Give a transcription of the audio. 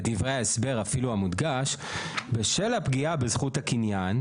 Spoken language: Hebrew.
בדברי ההסבר אפילו המודגש "בשל הפגיעה בזכות הקניין,